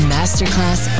Masterclass